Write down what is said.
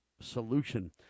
solution